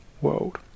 world